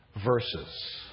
verses